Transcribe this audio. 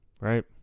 right